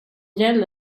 gäller